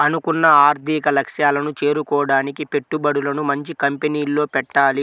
అనుకున్న ఆర్థిక లక్ష్యాలను చేరుకోడానికి పెట్టుబడులను మంచి కంపెనీల్లో పెట్టాలి